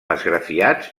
esgrafiats